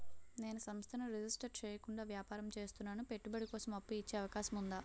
నేను సంస్థను రిజిస్టర్ చేయకుండా వ్యాపారం చేస్తున్నాను పెట్టుబడి కోసం అప్పు ఇచ్చే అవకాశం ఉందా?